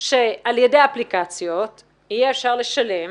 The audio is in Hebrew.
שעל ידי אפליקציות יהיה אפשר לשלם